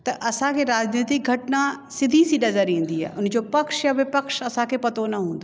त असांखे राजनैतिक घटना सिधी सी नज़र ईंदी आहे उन जो पक्ष विपक्ष असांखे पतो न हूंदो आहे